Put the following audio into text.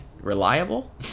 reliable